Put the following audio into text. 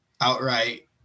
outright